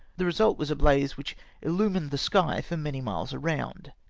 the result was a blaze which illumined the sky for many miles round.